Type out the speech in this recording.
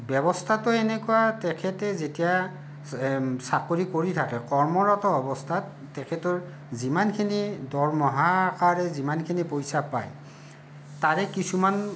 ব্যৱস্থাটো এনেকুৱা তেখেতে যেতিয়া চাকৰি কৰি থাকে কৰ্মৰত অৱস্থাত তেখেতৰ যিমানখিনি দৰমহা আকাৰে যিমানখিনি পইচা পায় তাৰে কিছুমান